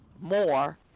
more